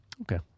Okay